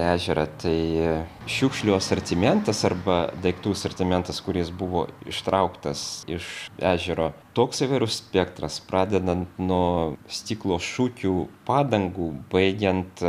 ežerą tai šiukšlių asortimentas arba daiktų asortimentas kuris buvo ištrauktas iš ežero toks įvairus spektras pradedant nuo stiklo šukių padangų baigiant